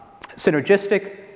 synergistic